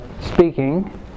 speaking